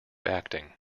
acting